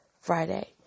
Friday